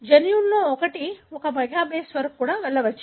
జన్యువులలో ఒకటి ఒక mega base వరకు కూడా వెళ్ళవచ్చు